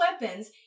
weapons